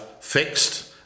fixed